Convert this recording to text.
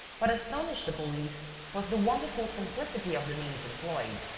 what astonished the police was the wonderful simplicity of the means employed.